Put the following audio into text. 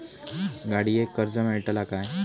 गाडयेक कर्ज मेलतला काय?